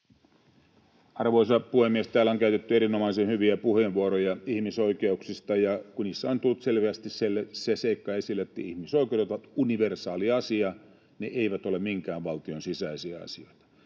Arvoisa puhemies! Täällä on käytetty erinomaisen hyviä puheenvuoroja ihmisoikeuksista. Niissä on tullut selvästi esille se seikka, että ihmisoikeudet ovat universaali asia, ne eivät ole minkään valtion sisäisiä asioita.